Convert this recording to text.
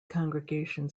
congregation